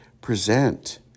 present